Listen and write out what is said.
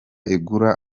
igura